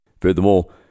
Furthermore